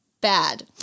Bad